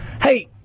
Hey